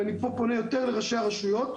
ואני פה פונה יותר לראשי הרשויות.